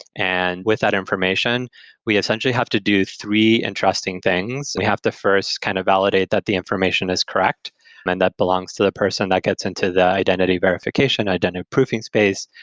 and with that information we essentially have to do three interesting things. we have the first kind of validate that the information is correct and that belongs to the person. that gets into the identity verification, identity proofing space,